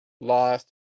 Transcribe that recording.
lost